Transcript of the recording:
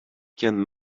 can